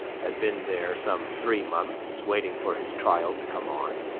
had been there some three months waiting for his trial to come on,